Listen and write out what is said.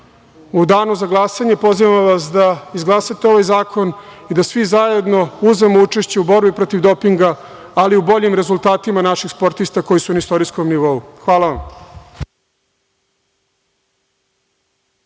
danu za glasanje vas pozivam da izglasate ovaj zakon i da svi zajedno uzmemo učešće u borbi protiv dopinga, ali i u boljim rezultatima naših sportista koji su na istorijskom nivou. Hvala vam.